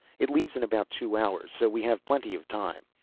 it leaves in about two hours so we have plenty of time.